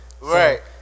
Right